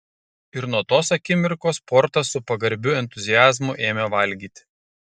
ir nuo tos akimirkos portas su pagarbiu entuziazmu ėmė valgyti